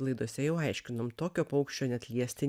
laidose jau aiškinom tokio paukščio net liesti